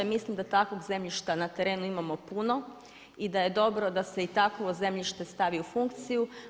Mislim da takvog zemljišta na terenu imamo puno i da je dobro da se takvo zemljište stavi u funkciju.